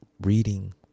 reading